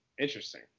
Interesting